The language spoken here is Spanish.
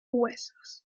huesos